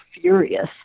furious